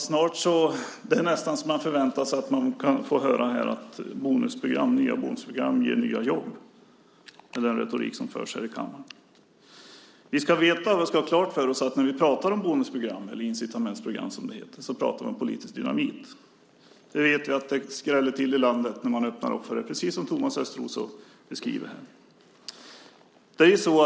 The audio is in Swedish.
Herr talman! Det är nästan så att man förväntar sig att få höra här att nya bonusprogram ger nya jobb, med den retorik som förs här i kammaren. Vi ska ha klart för oss att när vi pratar om bonusprogram, eller incitamentsprogram, som det heter, pratar vi om politisk dynamit. Vi vet att det skräller till i landet när man öppnar upp för det, precis som Thomas Östros beskriver.